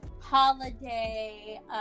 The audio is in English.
holiday